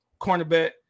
cornerback